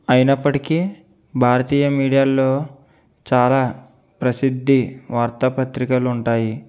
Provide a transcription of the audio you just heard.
అయినప్పటికీ భారతీయ మీడియా లో చాలా ప్రసిద్ధి వార్త పత్రికలు ఉంటాయి